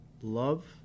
love